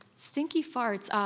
stinky farts. um